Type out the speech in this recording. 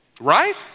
right